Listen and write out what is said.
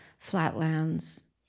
flatlands